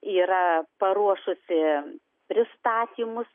yra paruošusi pristatymus